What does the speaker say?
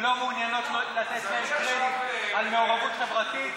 לא מעוניינים לתת להם קרדיט על מעורבות חברתית.